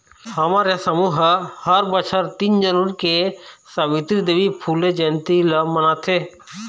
हमर ये समूह ह हर बछर तीन जनवरी के सवित्री देवी फूले जंयती ल मनाथे